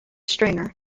stringer